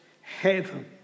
heaven